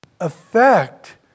effect